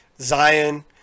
Zion